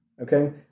Okay